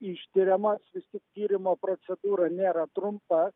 ištiriamas vistik tyrimo procedūra nėra trumpa